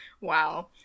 wow